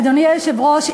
אדוני היושב-ראש,